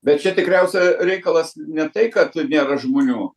bet čia tikriausia reikalas ne tai kad nėra žmonių